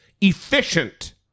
efficient